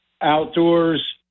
outdoors